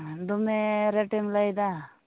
ᱫᱚᱢᱮ ᱨᱮᱴᱮᱢ ᱞᱟᱹᱭ ᱮᱫᱟ